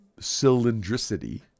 cylindricity